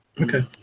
Okay